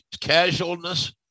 casualness